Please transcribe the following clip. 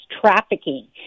trafficking